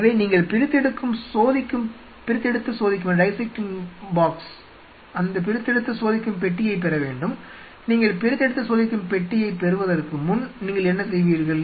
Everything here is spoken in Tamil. எனவே நீங்கள் பிரித்தெடுத்து சோதிக்கும் பெட்டியைப் பெற வேண்டும் நீங்கள் பிரித்தெடுத்து சோதிக்கும் பெட்டியைப் பெறுவதற்கு முன் நீங்கள் என்ன செய்வீர்கள்